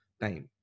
time